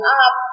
up